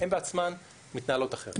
הן בעצמן מתנהלות אחרת.